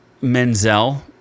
Menzel